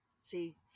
See